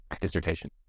dissertation